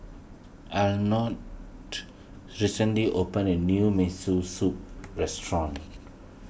Arnold recently opened a new Miso Soup restaurant